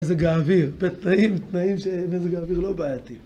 מזג האוויר, בתנאים, תנאים שמזג האוויר לא בעייתי.